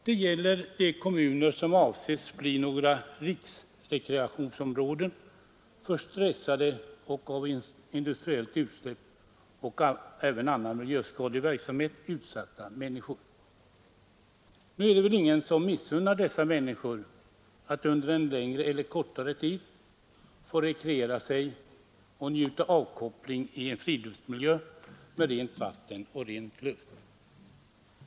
Detta gäller alltså de kommuner som avses bli riksrekreationsområden för stressade och av industriellt utsläpp och annan miljöskadlig verksamhet utsatta människor. Det är väl ingen som missunnar dessa människor att under en längre eller kortare tid rekreera sig och njuta avkoppling i en friluftsmiljö med rent vatten och ren luft.